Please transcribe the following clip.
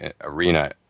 arena